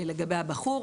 לגבי הבחור.